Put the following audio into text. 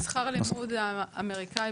שכר הלימוד האמריקאי,